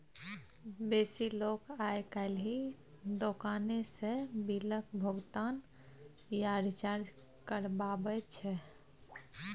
बेसी लोक आइ काल्हि दोकाने सँ बिलक भोगतान या रिचार्ज करबाबै छै